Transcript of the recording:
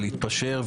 להתפשר,